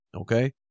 okay